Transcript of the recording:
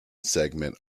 segment